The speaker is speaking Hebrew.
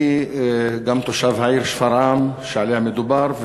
אני גם תושב העיר שפרעם, שעליה מדובר.